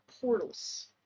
portals